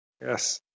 Yes